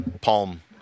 palm